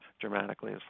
dramatically